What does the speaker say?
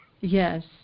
Yes